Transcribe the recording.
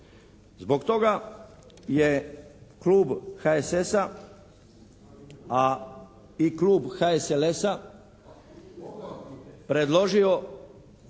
Zbog toga je klub HSS-a a i klub HSLS-a predložio,